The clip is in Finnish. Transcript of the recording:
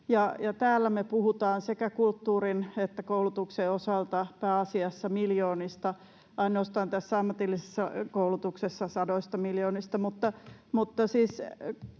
täällä me puhutaan sekä kulttuurin että koulutuksen osalta pääasiassa miljoonista — ainoastaan tässä ammatillisessa koulutuksessa sadoista miljoonista.